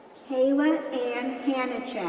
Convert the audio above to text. kayla anne hanicak,